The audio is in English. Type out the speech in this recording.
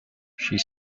she